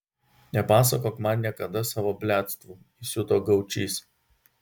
nepasakok man niekada savo bliadstvų įsiuto gaučys